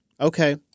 Okay